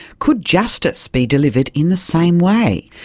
could justice be delivered in the same way?